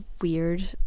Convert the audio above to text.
weird